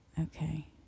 Okay